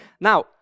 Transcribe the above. Now